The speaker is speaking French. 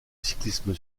cyclisme